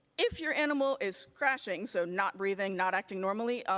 if your animal is crashing, so not breathing, not acting normally, ah